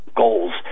goals